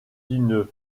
une